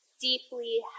deeply